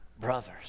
brothers